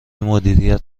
مدیریت